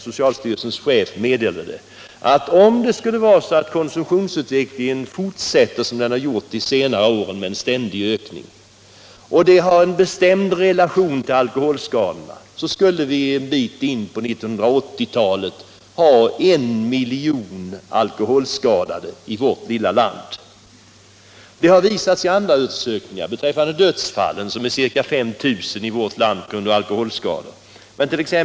Socialstyrelsens chef har meddelat att undersökningar har visat att om konsumtionsutvecklingen fortsätter som den har gjort på senare år skulle vi en bit in på 1980-talet ha I miljon alkoholskadade människor i vårt lilla land. Undersökningar har också visat att ca 5 000 dödsfall i vårt land beror på alkoholskador.